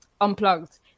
unplugged